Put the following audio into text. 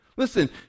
Listen